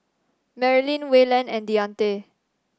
Marilynn Wayland and Deante